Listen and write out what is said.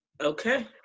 okay